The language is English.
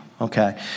okay